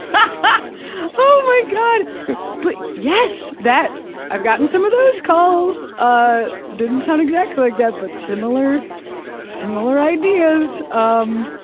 and oh my god! but yes, that i've gotten some of those calls. they ah didn't sound exactly like that, but similar similar ideas. um